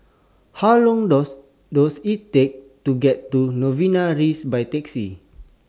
How Long Does Does IT Take to get to Novena Rise By Taxi